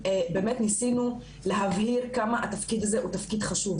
ניסינו להבהיר כמה התפקיד הזה הוא תפקיד חשוב,